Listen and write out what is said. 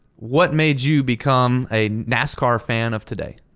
what made you become a nascar fan of today?